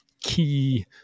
key